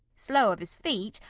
slow of his feet,